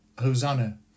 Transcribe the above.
Hosanna